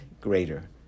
greater